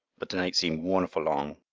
but th' night seemed wonderfu' long.